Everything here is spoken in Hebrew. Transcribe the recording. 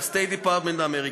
ה-State Department האמריקני,